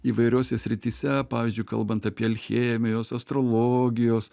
įvairiose srityse pavyzdžiui kalbant apie alchemijos astrologijos